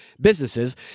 businesses